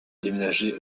déménager